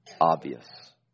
obvious